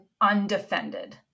undefended